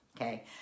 okay